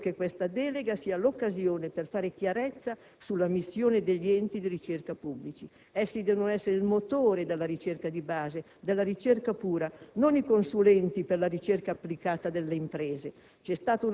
Spero che questa delega sia l'occasione per fare chiarezza sulla missione degli enti di ricerca pubblici: essi devono essere il motore della ricerca di base, della ricerca pura, non i consulenti per la ricerca applicata delle imprese.